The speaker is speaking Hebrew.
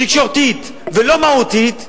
תקשורתי ולא מהותי,